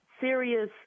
serious